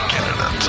Canada